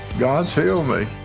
god's healed me.